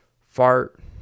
fart